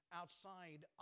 outside